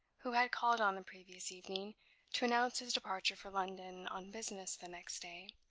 who had called on the previous evening to announce his departure for london, on business, the next day,